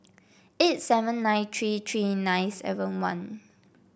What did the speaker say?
eight seven nine three three nine seven one